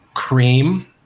cream